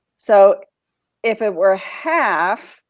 so if it were half,